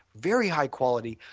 very high quality,